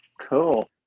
cool